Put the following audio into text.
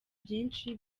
byinshi